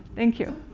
thank you.